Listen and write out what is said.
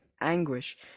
anguish